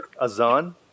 Azan